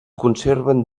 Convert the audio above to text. conserven